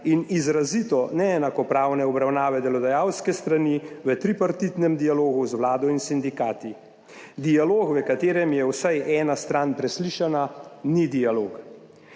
in izrazito neenakopravne obravnave delodajalske strani v tripartitnem dialogu z Vlado in sindikati. Dialog, v katerem je vsaj ena stran preslišana, ni dialog.